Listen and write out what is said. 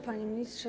Panie Ministrze!